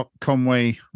Conway